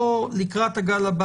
לקראת הגל,